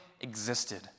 existed